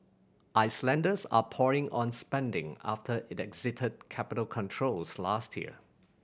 Icelanders are pouring on spending after it exited capital controls last year